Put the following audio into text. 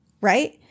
right